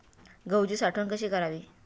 गहूची साठवण कशी करावी?